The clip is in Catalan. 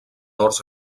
horts